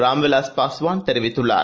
ராம் விலாஸ் பாஸ்வான் தெரிவித்துள்ளார்